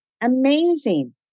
amazing